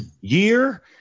year